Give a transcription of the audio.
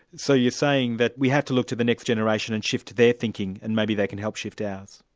so you're saying that we have to look to the next generation and shift their thinking, and maybe they can help shift ours?